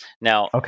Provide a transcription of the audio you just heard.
Now